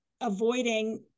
avoiding